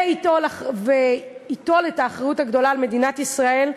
ויטיל את האחריות הגדולה על מדינת ישראל,